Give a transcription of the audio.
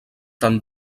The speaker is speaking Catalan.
tant